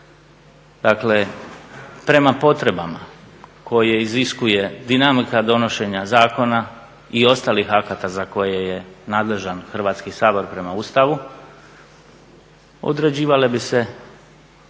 Dakle, prema potrebama koje iziskuje dinamika donošenja zakona i ostalih akata za koje je nadležan Hrvatski sabor prema Ustavu odrađivale bi se